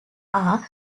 are